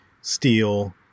steel